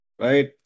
right